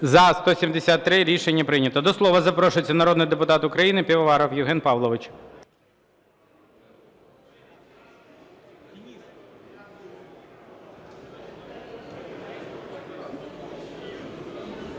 За-173 Рішення прийнято. До слова запрошується народний депутат України Пивоваров Євген Павлович.